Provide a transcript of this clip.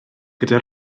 gyda